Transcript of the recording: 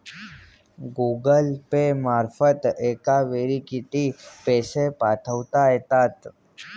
Google Pay मार्फत एका वेळी किती पैसे पाठवता येतात?